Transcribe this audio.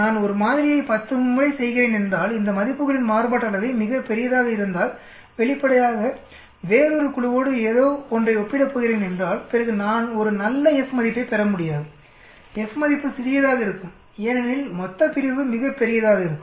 நான் ஒரு மாதிரியை 10 முறை செய்கிறேன் என்றால்இந்த மதிப்புகளின் மாறுபட்டு அளவை மிகப் பெரியதாக இருந்தால் வெளிப்படையாக வேறொரு குழுவோடு ஏதோ ஒன்றை ஒப்பிடப் போகிறேன் என்றால் பிறகுநான் ஒரு நல்ல F மதிப்பைப் பெற முடியாதுF மதிப்பு சிறியதாக இருக்கும் ஏனெனில் மொத்தப்பிரிவு மிகப் பெரியதாக இருக்கும்